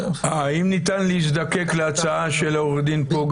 האם ניתן להזדקק להצעה של עורך הדין פוגץ'?